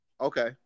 Okay